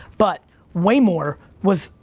but way more, was,